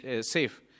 safe